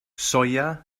soia